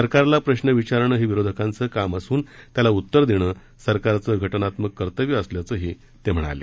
सरकारला प्रश्न विचारणं हे विरोधकांचे काम असून त्याला उत्तर देणं सरकारचं घटनात्मक कर्तव्य असल्याचंही ते म्हणाले